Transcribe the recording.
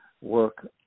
work